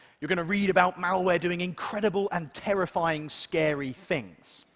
you're going to read about malware doing incredible and terrifying, scary things.